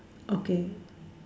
okay